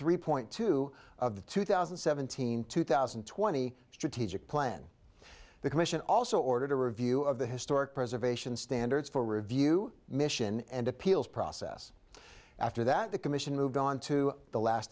three point two of the two thousand and seventeen two thousand and twenty strategic plan the commission also ordered a review of the historic preservation standards for review mission and appeals process after that the commission moved on to the last